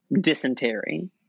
dysentery